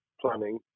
planning